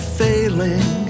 failing